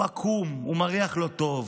הוא עקום, הוא מריח לא טוב,